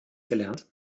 gelernt